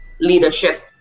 leadership